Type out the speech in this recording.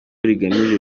rigamije